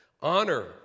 Honor